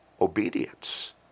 Obedience